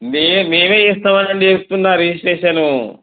మే మేమే చేస్తామని చెప్తున్నా రిజిస్ట్రేషను